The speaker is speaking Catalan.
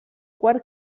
quart